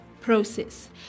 process